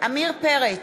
עמיר פרץ,